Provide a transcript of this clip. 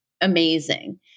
amazing